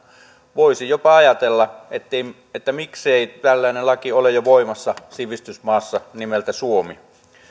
voisi jopa ajatella että miksei tällainen laki ole jo voimassa sivistysmaassa nimeltä suomi